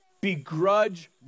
begrudge